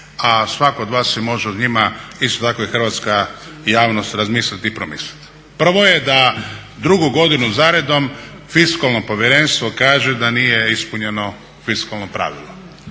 a svatko od vas se može o njima, isto tako i hrvatska javnost razmisliti i promisliti. Prvo je da drugu godinu zaredom Fiskalno povjerenstvo kaže da nije ispunjeno fiskalno pravilo.